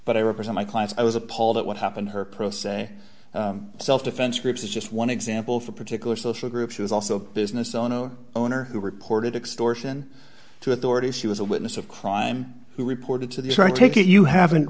but i represent my clients i was appalled at what happened her per se self defense groups as just one example for particular social group she was also a business owner owner who reported extortion to authorities she was a witness of crime who reported to the so i take it you haven't